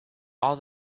all